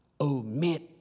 omit